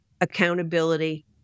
accountability